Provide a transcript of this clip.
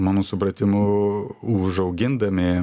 mano supratimu užaugindami